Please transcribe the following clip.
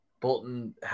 Bolton